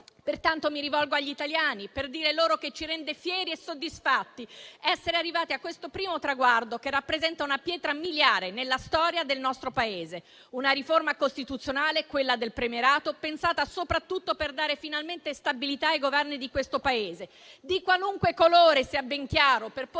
Pertanto, mi rivolgo agli italiani per dire loro che ci rende fieri e soddisfatti essere arrivati a questo primo traguardo, che rappresenta una pietra miliare nella storia del nostro Paese: una riforma costituzionale, quella del premierato, pensata soprattutto per dare finalmente stabilità ai Governi di questo Paese, di qualunque colore - sia ben chiaro - per porre